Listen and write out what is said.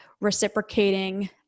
reciprocating